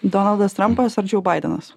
donaldas trampas arčiau baidenas